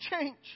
change